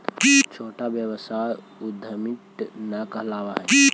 छोटा व्यवसाय उद्यमीट न कहलावऽ हई